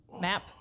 map